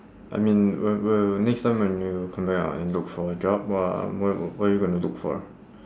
I mean wh~ wh~ next time when you come back out and look for a job wha~ where where you gonna look for